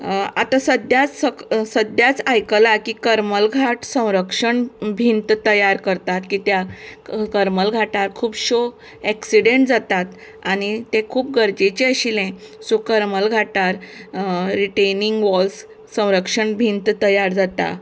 आता सद्याक सद्याच आयकलां की कर्मल घाट संरक्षण भिंत तयार करतात कित्याक करमल घाटार खुबश्यो एक्सीडेंट जातात आनी तें खूब गरजेचें आशिल्लें सो करमल घाटार रिटेनिंग वाॅल्स संरक्षण भिंत तयार जाता